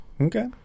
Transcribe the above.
Okay